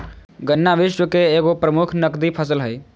गन्ना विश्व के एगो प्रमुख नकदी फसल हइ